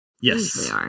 Yes